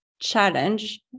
Challenge